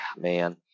Man